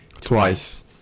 Twice